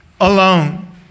alone